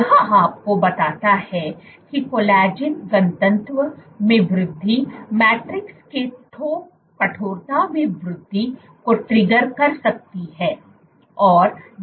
यह आपको बताता है कि कोलेजन घनत्व में वृद्धि मैट्रिक्स के थोक कठोरता में वृद्धि को ट्रिगर कर सकती है